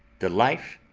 the life,